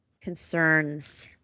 concerns